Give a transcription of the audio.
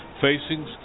facing